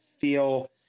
feel